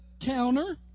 counter